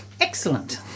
Excellent